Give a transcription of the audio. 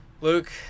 Luke